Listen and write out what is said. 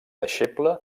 deixeble